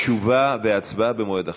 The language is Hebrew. תשובה והצבעה במועד אחר.